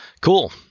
cool